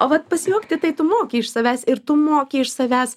o vat pasijuokti tai tu moki iš savęs ir tu moki iš savęs